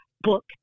book